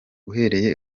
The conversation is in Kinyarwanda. uhereye